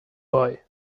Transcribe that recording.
boy